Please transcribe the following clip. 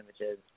images